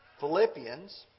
Philippians